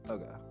Okay